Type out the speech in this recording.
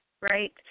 right